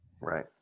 Right